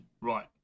right